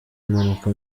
impanuka